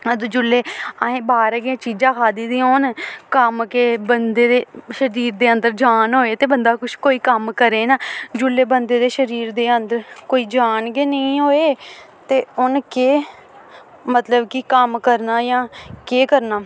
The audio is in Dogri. अदूं जेल्लै असें बाह्रे दियां चीजां खाद्धी दियां होन कम्म केह् बंदे दे शरीर दे अंदर जान होए ते बंदा कुछ कोई कम्म करै ना जेल्लै बंदे दे शरीर दे अंदर कोई जान गै नेईं होए ते उ'न्न केह् मतलब कि कम्म करना जां केह् करना